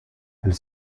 elle